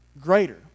greater